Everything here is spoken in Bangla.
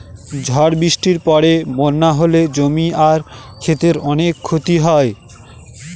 ঝড় বৃষ্টির পরে বন্যা হলে জমি আর ক্ষেতের অনেক ক্ষতি হয়